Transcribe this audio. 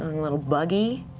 a little buggy?